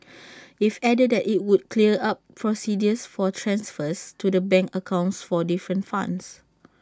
IT added that IT would clear up procedures for transfers to the bank accounts for different funds